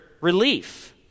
relief